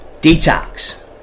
Detox